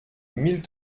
mille